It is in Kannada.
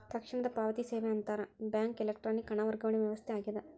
ತಕ್ಷಣದ ಪಾವತಿ ಸೇವೆ ಅಂತರ್ ಬ್ಯಾಂಕ್ ಎಲೆಕ್ಟ್ರಾನಿಕ್ ಹಣ ವರ್ಗಾವಣೆ ವ್ಯವಸ್ಥೆ ಆಗ್ಯದ